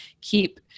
keep